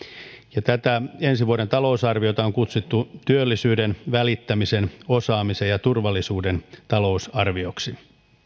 ja tätä ensi vuoden talousarviota on kutsuttu työllisyyden välittämisen osaamisen ja turvallisuuden talousarvioksi